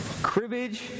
cribbage